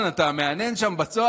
אני נולדתי וגדלתי בברית המועצות,